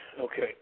Okay